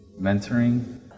mentoring